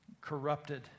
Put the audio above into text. corrupted